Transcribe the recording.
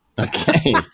Okay